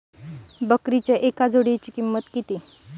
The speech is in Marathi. बकरीच्या एका जोडयेची किंमत किती?